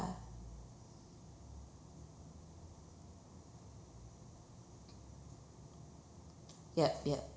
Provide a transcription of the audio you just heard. yup yup